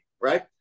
right